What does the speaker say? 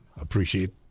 appreciate